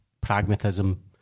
pragmatism